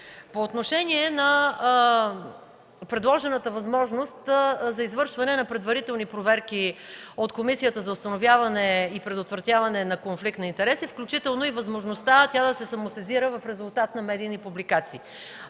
По отношение на предложената възможност за извършване на предварителни проверки от Комисията за предотвратяване и установяване на конфликт на интереси, включително и възможността тя да се самосезира в резултат на медийни публикации.